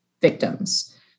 victims